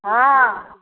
हाँ